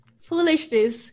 Foolishness